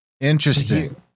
Interesting